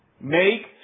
Make